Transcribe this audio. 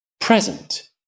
present